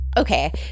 Okay